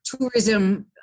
tourism